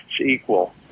equal